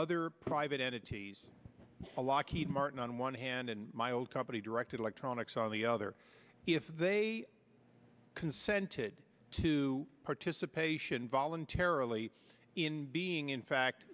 other private entities a lockheed martin on one hand and my old company directed electronics on the other if they consented to participation voluntarily in being in fact